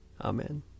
Amen